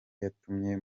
yatuma